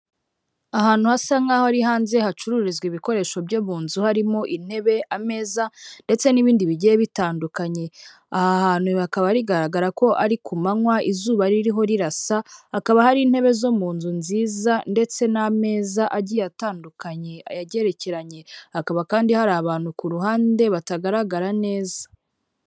Ahantu hasa nk'aho ari hanze hacururizwa ibikoresho byo mu nzu harimo intebe ameza ndetse n'ibindi bigiye bitandukanye, aha hantu hakaba bigaragara ko ari ku manywa izuba ririho rirasa, hakaba hari intebe zo mu nzu nziza ndetse n'ameza agiye atandukanye ayagerekeranye, hakaba kandi hari abantu ku ruhande batagaragara neza.